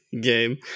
game